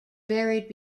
buried